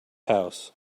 house